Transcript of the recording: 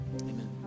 Amen